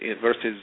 versus